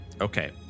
Okay